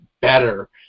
better